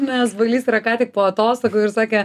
nes balys yra ką tik po atostogų ir sakė